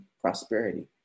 prosperity